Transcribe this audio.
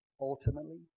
ultimately